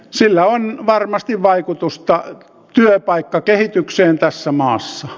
sillä on varmasti vaikutusta työpaikkakehitykseen tässä maassa